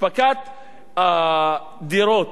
אספקת הדירות,